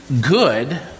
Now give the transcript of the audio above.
good